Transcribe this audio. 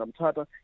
Amtata